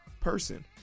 person